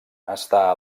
està